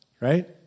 right